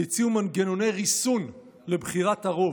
והציעו מנגנוני ריסון לבחירת הרוב.